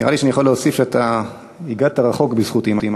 נראה לי שאני יכול להוסיף שאתה הגעת רחוק בזכות אימא שלך.